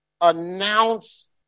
announce